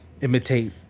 Imitate